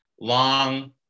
long